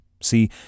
see